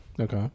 Okay